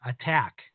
attack